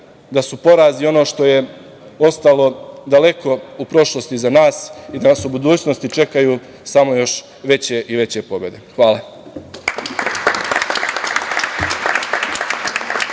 da su porazi ono što ostalo daleko u prošlosti iza nas i da nas u budućnosti čekaju samo još veće i veće pobede. Hvala.